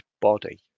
body